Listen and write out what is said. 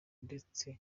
ndetse